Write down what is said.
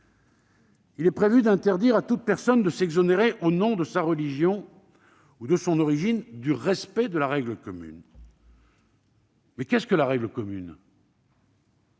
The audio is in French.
Il est prévu d'interdire à toute personne de s'exonérer au nom de sa religion ou de son origine du respect de « la règle commune ». Or qu'est-ce que la règle commune ?